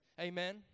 Amen